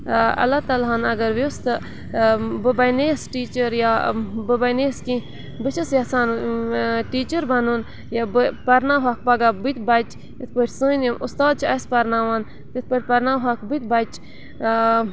اللہ تعالیٰ ہَن اَگَر ویوٚژھ تہٕ بہٕ بَنییس ٹیٖچَر یا بہٕ بَنییس کیٚنٛہہ بہٕ چھَس یَژھان ٹیٖچَر بَنُن یہِ بہٕ پَرناوہَکھ پَگاہ بہٕ تہِ بَچہِ یِتھ پٲٹھۍ سٲنۍ یِم اُستاد چھِ اَسہِ پَرناوان یِتھ پٲٹھۍ پَرناوہَکھ بہٕ تہِ بَچہِ